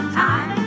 time